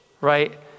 right